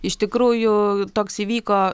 iš tikrųjų toks įvyko